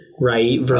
right